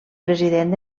president